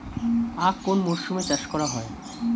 আখ কোন মরশুমে চাষ করা হয়?